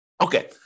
Okay